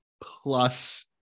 plus